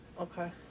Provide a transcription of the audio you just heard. okay